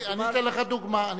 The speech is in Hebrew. אני אתן לך דוגמה.